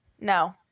No